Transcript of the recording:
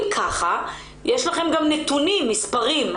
אם כך יש לכם גם נתונים מספריים,